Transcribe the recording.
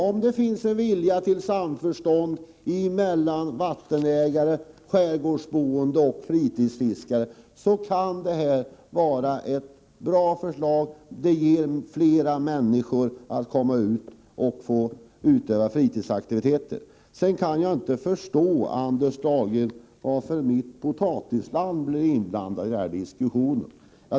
Om det finns vilja till samförstånd mellan vattenägare, skärgårdsboende och fritidsfiskare anser vi att detta förslag kan vara ett bra förslag. Det hjälper fler människor att komma ut och utöva fritidsaktivitet. Jag kan inte förstå, Anders Dahlgren, varför mitt potatisland har blivit inblandat i diskussionen.